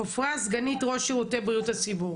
סגנית ראש שירותי בריאות הציבור.